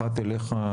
אחת אליך,